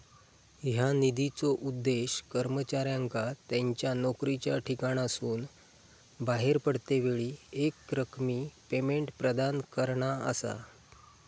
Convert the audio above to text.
ह्या निधीचो उद्देश कर्मचाऱ्यांका त्यांच्या नोकरीच्या ठिकाणासून बाहेर पडतेवेळी एकरकमी पेमेंट प्रदान करणा असा